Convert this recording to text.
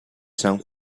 san